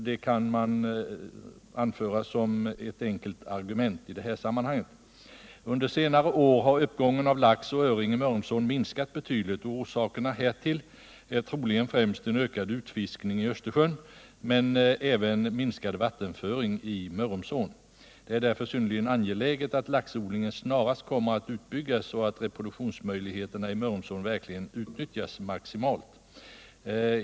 Det kan man anföra som ett enkelt argument för lönsamheten. Under senare år har uppgången av lax och öring i Mörrumsån minskat betydligt. Orsaken härtill är troligen främst en ökad utfiskning i Östersjön, men även minskad vattenföring i ån. Det är därför synnerligen angeläget att laxodlingen snarast kommer att utbyggas så att reproduktionsmöjligheterna i Mörrumsån verkligen utnyttjas maximalt.